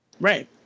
Right